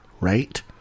right